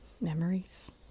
Memories